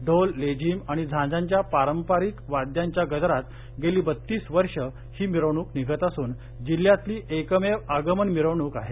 ढोल लेझीम आणि झांजांच्या पारपरिक वाद्यांच्या गजरात गेली बत्तीस वर्षं ही मिरवणूक निघत असून जिल्ह्यातली एकमेव आगमन मिरवणूक आहे